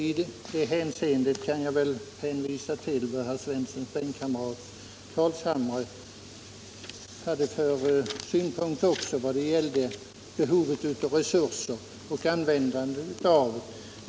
I det avseendet kan jag hänvisa till vad herr Svenssons bänkkamrat, herr Carlshamre, hade för synpunkter på behovet av resurser och användandet av dem.